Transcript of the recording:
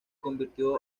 convirtió